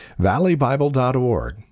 valleybible.org